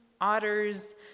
otters